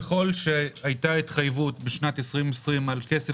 ככל שהיתה התחייבות ב-2020 על כסף